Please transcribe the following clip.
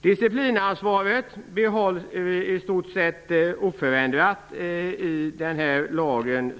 Disciplinansvaret behålls i stort sett oförändrat i befintlig lag.